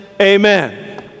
amen